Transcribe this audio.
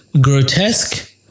grotesque